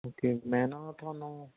okay ਮੈਂ ਨਾ ਤੁਹਾਨੂੰ